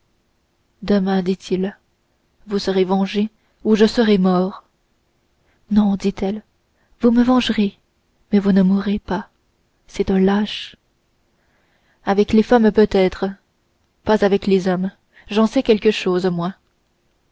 demain dit-il vous serez vengée ou je serai mort non dit-elle vous me vengerez mais vous ne mourrez pas c'est un lâche avec les femmes peut-être mais pas avec les hommes j'en sais quelque chose moi